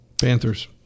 Panthers